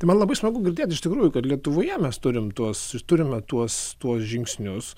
tai man labai smagu girdėt iš tikrųjų kad lietuvoje mes turime tuos turime tuos tuos žingsnius